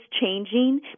changing